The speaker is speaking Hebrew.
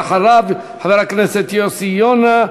אחריו, חבר הכנסת יוסי יונה,